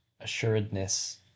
assuredness